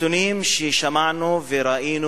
הנתונים ששמענו וראינו